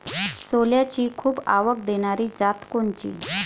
सोल्याची खूप आवक देनारी जात कोनची?